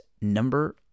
number